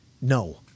No